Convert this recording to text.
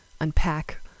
unpack